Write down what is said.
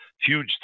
huge